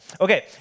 Okay